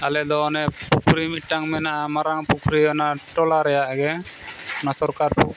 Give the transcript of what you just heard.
ᱟᱞᱮᱫᱚ ᱚᱱᱮ ᱯᱩᱠᱷᱨᱤ ᱢᱤᱫᱴᱟᱝ ᱢᱮᱱᱟᱜᱼᱟ ᱢᱟᱨᱟᱝ ᱯᱩᱠᱷᱨᱤ ᱚᱱᱟ ᱴᱚᱞᱟ ᱨᱮᱭᱟᱜ ᱜᱮ ᱚᱱᱟ ᱥᱚᱨᱠᱟᱨ